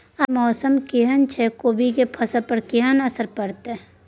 आय मौसम केहन छै कोबी के फसल पर केहन असर परतै?